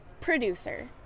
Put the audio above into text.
producer